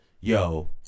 yo